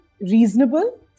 reasonable